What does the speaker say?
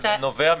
זה נובע מזה.